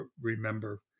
remember